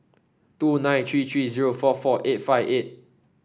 two nine three three zero four four eight five eight